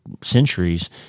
centuries